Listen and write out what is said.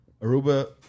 Aruba